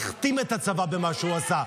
הכתים היום את הצבא במה שהוא עשה.